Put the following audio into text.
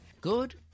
Good